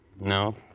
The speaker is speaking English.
no